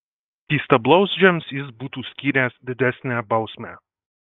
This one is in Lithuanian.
skystablauzdžiams jis būtų skyręs didesnę bausmę